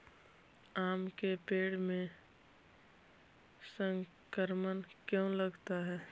आम के पेड़ में संक्रमण क्यों लगता है?